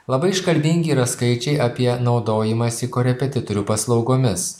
labai iškalbingi yra skaičiai apie naudojimąsi korepetitorių paslaugomis